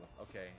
Okay